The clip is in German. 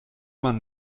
man